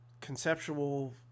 conceptual